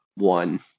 One